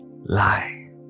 lie